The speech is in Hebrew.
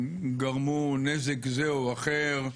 גרמו נזק זה או אחר?